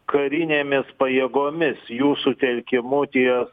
karinėmis pajėgomis jų sutelkimu ties